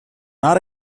not